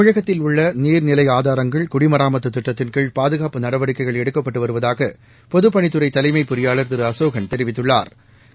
தமிழகத்தில் உள்ள நீர்நிலை ஆதாரங்கள் குடிமராத்து திட்டத்தின் கீழ் பாதுகாப்பு நடவடிக்கைகள் எடுக்கப்பட்டு வருவதாக பொதுப்பணித்துறை தலைமை பொறியாளா் திரு அசோகன் தெரிவித்துள்ளாா்